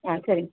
ஆ சரிங்க